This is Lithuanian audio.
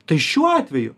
tai šiuo atveju